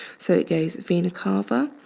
so it goes vena cava,